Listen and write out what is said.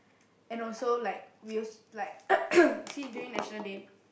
and also like we also like see during National Day